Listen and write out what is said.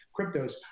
cryptos